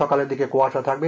সকালের দিকে কুয়াশা থাকবে